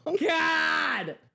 God